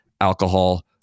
alcohol